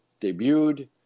debuted